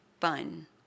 fun